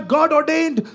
God-ordained